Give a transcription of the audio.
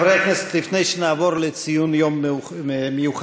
חברי הכנסת, לפני שנעבור לציון מיוחד,